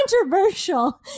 controversial